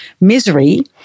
misery